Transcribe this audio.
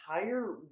entire